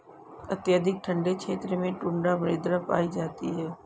अत्यधिक ठंडे क्षेत्रों में टुण्ड्रा मृदा पाई जाती है